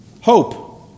Hope